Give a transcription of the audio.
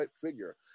figure